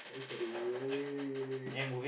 the way